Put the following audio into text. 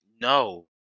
No